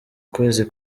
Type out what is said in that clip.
kwezi